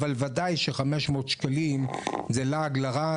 אבל ודאי ש-500 שקלים זה לעג לרש,